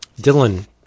Dylan